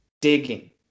digging